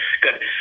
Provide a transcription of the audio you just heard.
Good